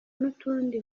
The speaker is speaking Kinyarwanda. n’utundi